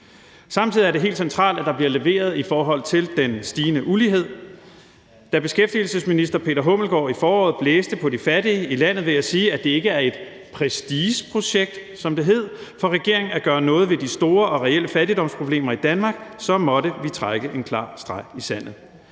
Samtidig er det helt centralt, at der bliver leveret i forhold til den stigende ulighed. Da beskæftigelsesministeren i foråret blæste på de fattige i landet, vil jeg sige, at vi – da det, som det hed, ikke er et prestigeprojekt for regeringen at gøre noget ved de store og reelle fattigdomsproblemer i Danmark – måtte trække en klar streg i sandet.